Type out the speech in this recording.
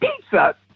pizza